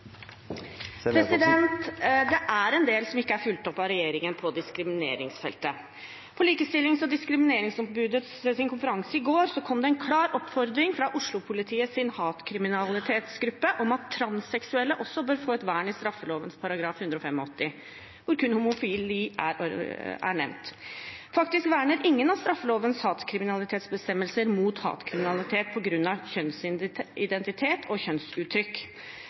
en del som ikke er fulgt opp av regjeringen på diskrimineringsfeltet. På Likestillings- og diskrimineringsombudets konferanse i går kom det en klar oppfordring fra Oslo-politiets hatkriminalitetsgruppe om at transseksuelle også bør få et vern i straffeloven § 185, hvor kun homofili er nevnt. Faktisk verner ingen av straffelovens hatkriminalitetsbestemmelser mot hatkriminalitet på grunn av kjønnsidentitet og kjønnsuttrykk.